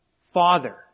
Father